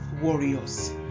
warriors